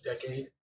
decade